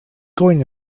going